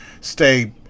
stay